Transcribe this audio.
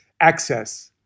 access